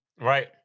Right